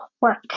work